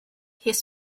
his